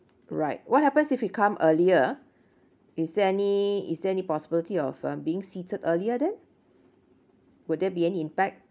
right what happens if we come earlier is there any is there any possibility of uh being seated earlier then would there be any impact